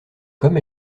comme